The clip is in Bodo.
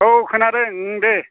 औ खोनादों ओं दे